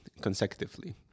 consecutively